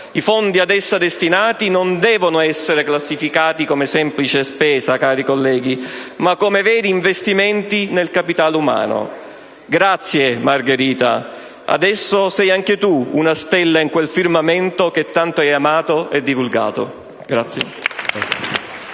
I fondi ad esse destinati non devono essere classificati come semplice spesa, cari colleghi, ma come veri investimenti nel capitale umano. Grazie, Margherita, adesso sei anche tu una stella in quel firmamento che tanto hai amato e divulgato.